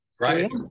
Right